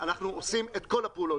אנחנו עושים את כל הפעולות,